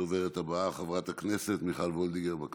הדוברת הבאה, חברת הכנסת מיכל וולדיגר, בבקשה.